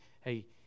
hey